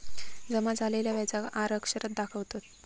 जमा झालेल्या व्याजाक आर अक्षरात दाखवतत